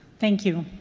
thank you.